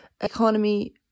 economy